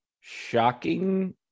shocking